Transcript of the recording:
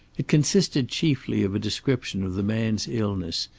it consisted chiefly of a description of the man's illness,